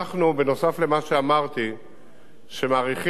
שמאריכים את כביש 6 מאזור להבים עד שוקת,